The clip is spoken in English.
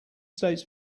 states